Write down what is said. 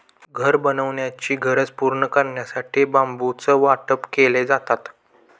घर बनवण्याची गरज पूर्ण करण्यासाठी बांबूचं वाटप केले जातात